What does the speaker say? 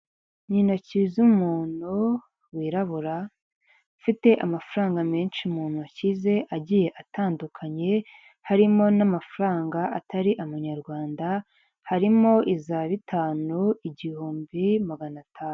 Ni intoki z'umuntu wirabura ufite amafaranga menshi mu ntoki ze agiye atandukanye harimo n'amafaranga atari amanyarwanda harimo iza bitanu igihumbi maganatanu.